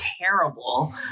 terrible